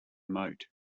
moat